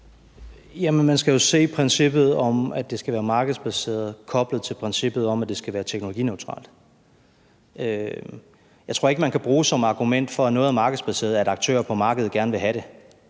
man skal jo se princippet om, at det skal være markedsbaseret, koblet til princippet om, at det skal være teknologineutralt. Jeg tror ikke, man kan bruge som argument for, at noget er markedsbaseret, at aktører på markedet gerne vil have det.